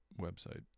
website